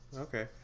Okay